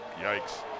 Yikes